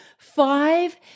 five